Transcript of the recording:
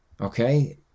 Okay